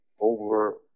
over